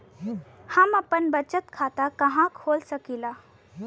हम आपन बचत खाता कहा खोल सकीला?